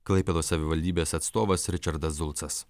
klaipėdos savivaldybės atstovas ričardas zulcas